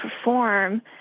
perform